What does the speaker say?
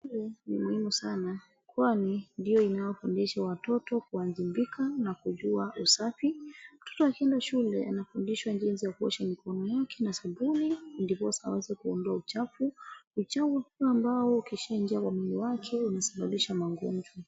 Shule ni muhimu sana kwani ndiyo inayofundisha watoto kuwajibika na kujua usafi. Mtoto akienda shule anafundishwa jinsi ya kuosha mikono yake na sabuni, ndiposa aweze kuondoa uchafu, uchafu ambao ukishaingia kwa mwili wake unasababisha magonjwa.